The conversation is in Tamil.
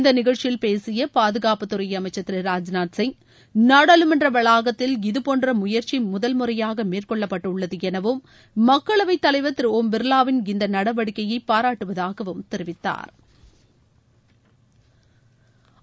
இந்த நிகழ்ச்சியில் பேசிய பாதுகாப்புத்துறை அமைச்சர் திரு ராஜ்நாத் சிங் நாடாளுமன்ற வளாகத்தில் இதுபோன்ற முயற்சி முதல்முறையாக மேற்கொள்ளப்பட்டுள்ளது எனவும் மக்களவை தலைவர் திரு ஒம் பிர்லாவின் இந்த நடவடிக்கையை பாராட்டுவதாகவும் தெரிவித்தாா்